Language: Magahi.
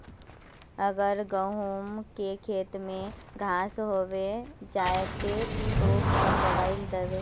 अगर गहुम के खेत में घांस होबे जयते ते कौन दबाई दबे?